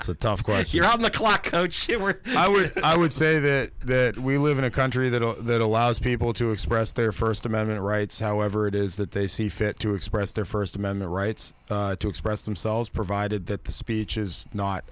it's a tough question on the clock i would i would say that that we live in a country that allows people to express their first amendment rights however it is that they see fit to express their first amendment rights to express themselves provided that the speech is not